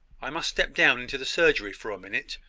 i must step down into the surgery for a minute,